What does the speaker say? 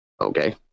Okay